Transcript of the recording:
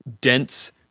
dense